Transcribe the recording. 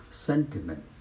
Sentiment